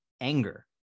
anger